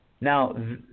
Now